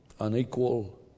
unequal